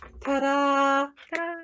Ta-da